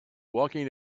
walking